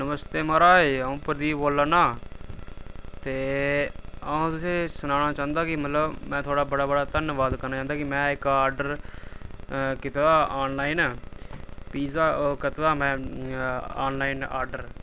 नमस्ते माराज अ'ऊं प्रदीप बोल्ला ना ते उ'ऊं तुसेंई सनाना चांह्दा कि मतलब में थुआढ़ा बड़ा बड़ा धन्यबाद करना चांह्दा कि में इक आर्डर कीता दा आनलाइन पिज्जा कीता हा में आनलाइन आर्डर